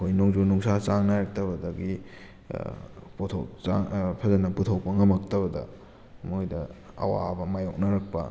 ꯑꯩꯈꯣꯏ ꯅꯣꯡꯖꯨ ꯅꯨꯡꯁꯥ ꯆꯥꯡ ꯅꯥꯏꯔꯛꯇꯕꯗꯒꯤ ꯄꯣꯊꯣꯛ ꯆꯥꯡ ꯐꯖꯅ ꯄꯨꯊꯣꯛꯄ ꯉꯝꯃꯛꯇꯕꯗ ꯃꯣꯏꯗ ꯑꯋꯥꯕ ꯃꯥꯏꯌꯣꯛꯅꯔꯛꯄ